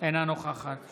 אינה נוכחת